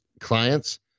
clients